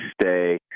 stay